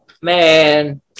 man